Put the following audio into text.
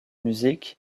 music